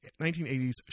1980s